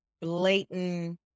blatant